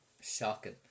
Shocking